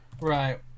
Right